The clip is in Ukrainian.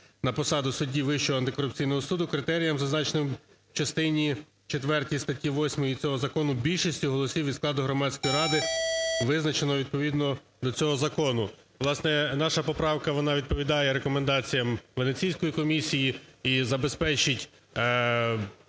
на посаду судді Вищого антикорупційного суду критеріям, зазначеним в частині четвертій статті 8 цього закону, більшістю голосів від складу Громадської ради, визначеної відповідно до цього закону". Власне, наша поправка вона відповідає рекомендаціям Венеційської комісії і забезпечить